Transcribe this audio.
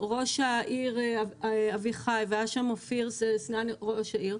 ראש העיר אביחי, והיה שם אופיר, סגן ראש העיר,